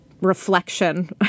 reflection